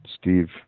Steve